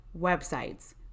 websites